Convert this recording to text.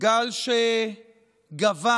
גל שגבה